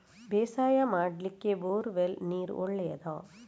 ಬೇಸಾಯ ಮಾಡ್ಲಿಕ್ಕೆ bore well ನೀರು ಒಳ್ಳೆಯದಾ?